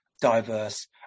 diverse